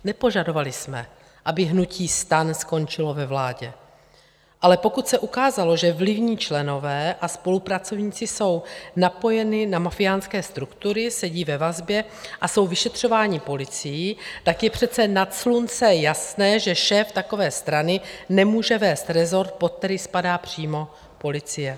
Nepožadovali jsme, aby hnutí STAN skončilo ve vládě, ale pokud se ukázalo, že vlivní členové a spolupracovníci jsou napojeni na mafiánské struktury, sedí ve vazbě a jsou vyšetřováni policií, tak je přece nad slunce jasné, že šéf takové strany nemůže vést rezort, pod který spadá přímo policie.